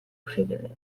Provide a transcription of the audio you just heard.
privilege